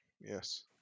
yes